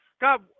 God